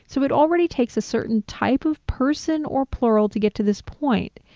so it already takes a certain type of person or plural to get to this point.